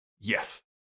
Yes